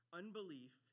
unbelief